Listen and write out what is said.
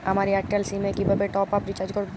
আমার এয়ারটেল সিম এ কিভাবে টপ আপ রিচার্জ করবো?